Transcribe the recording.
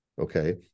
okay